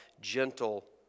gentle